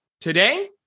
Today